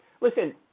Listen